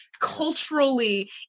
culturally